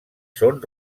són